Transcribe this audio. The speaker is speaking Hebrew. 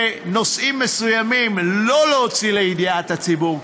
ונושאים מסוימים לא להוציא לידיעת הציבור,